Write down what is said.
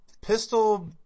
pistol